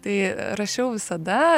tai rašiau visada